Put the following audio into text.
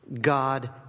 God